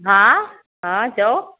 हा हा चओ